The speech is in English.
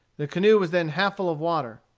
the canoe was then half full of water.